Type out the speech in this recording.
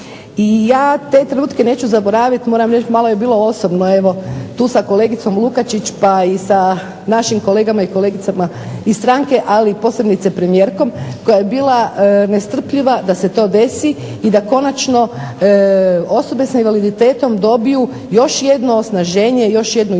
i ja te trenutke neću zaboraviti moram reći malo je bilo osobno tu sa kolegicom Lukačić pa i sa našim kolegama i kolegicama iz stranke ali posebice premijerkom koja je bila nestrpljiva da se to desi i da konačno osobe sa invaliditetom dobiju još jedno osnaženje, još jednu jaču